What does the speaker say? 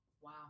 Wow